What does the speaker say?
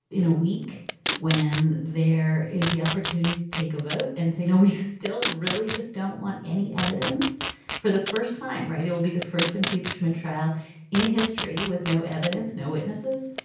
in a week when there is the opportunity to take a vote and say no, we still really just don't want any evidence for the first time. right. it will be the first impeachment trial in history with no evidence, no witnesses.